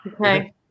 Okay